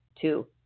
Two